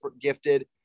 gifted